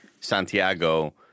Santiago